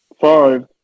Five